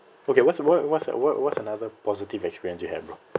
okay what's the what what's what what's another positive experience you have bro